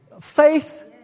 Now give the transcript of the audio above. faith